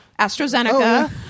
AstraZeneca